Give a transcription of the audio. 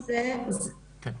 כן.